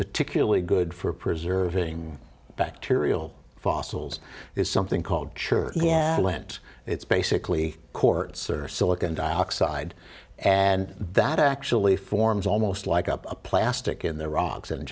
particularly good for preserving bacterial fossils is something called sure yeah lint it's basically courts are silicon dioxide and that actually forms almost like up a plastic in the rocks and